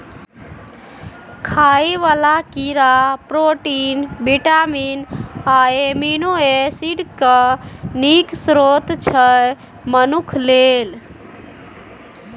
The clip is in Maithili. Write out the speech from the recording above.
खाइ बला कीड़ा प्रोटीन, बिटामिन आ एमिनो एसिड केँ नीक स्रोत छै मनुख लेल